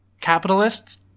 capitalists